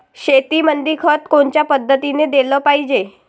शेतीमंदी खत कोनच्या पद्धतीने देलं पाहिजे?